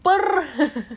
well